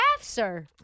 sir